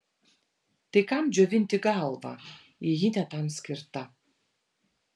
tai kam džiovinti galvą jei ji ne tam skirta